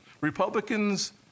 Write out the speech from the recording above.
Republicans